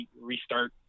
restart